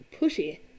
pushy